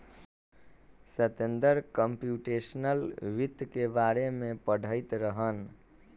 Satender computational वित्त के बारे में पढ़ईत रहन